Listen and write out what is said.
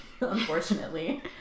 Unfortunately